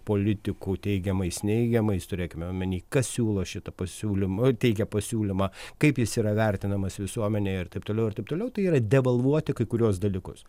politikų teigiamais neigiamais turėkime omeny kas siūlo šitą pasiūlymą teikia pasiūlymą kaip jis yra vertinamas visuomenėje ir taip toliau ir taip toliau tai yra devalvuoti kai kuriuos dalykus